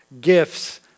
gifts